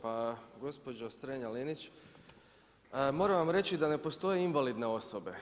Pa gospođo Strenja-Linić, moram vam reći da ne postoje invalidne osobe.